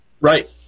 Right